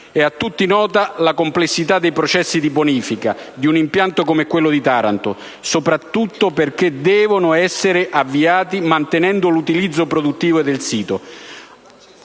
È a tutti nota la complessità dei processi di bonifica di un impianto come quello di Taranto, soprattutto perché devono essere avviati mantenendo l'utilizzo produttivo del sito